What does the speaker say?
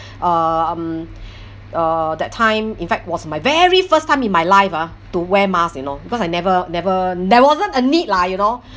um uh that time in fact was my very first time in my life ah to wear mask you know because I never never there wasn't a need lah you know